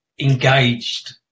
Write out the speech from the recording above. engaged